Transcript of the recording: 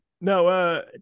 No